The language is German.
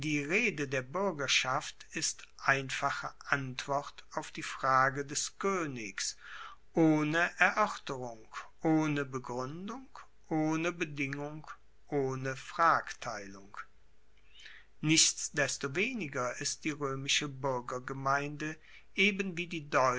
rede der buergerschaft ist einfache antwort auf die frage des koenigs ohne eroerterung ohne begruendung ohne bedingung ohne fragteilung nichtsdestoweniger ist die roemische buergergemeinde eben wie die